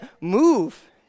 move